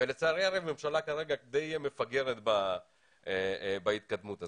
לצערי הרב הממשלה כרגע די מפגרת בהתקדמות הזאת.